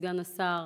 סגן השר,